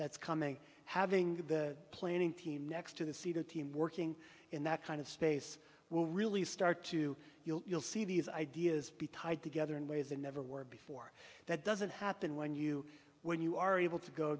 that's coming having the planning team next to the seeded team working in that kind of space will really start to you'll see these ideas be tied together in ways they never were before that doesn't happen when you when you are able to go